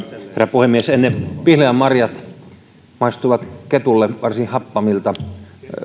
puhemies pihlajanmarjat maistuvat ketulle varsin happamilta